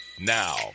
Now